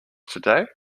today